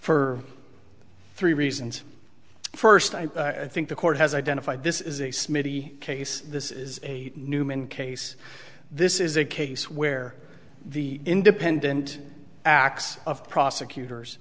for three reasons first i think the court has identified this is a smiddy case this is a newman case this is a case where the independent acts of prosecutors